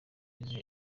yagize